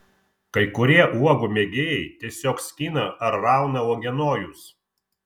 kai kurie uogų mėgėjai tiesiog skina ar rauna uogienojus